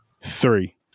three